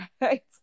right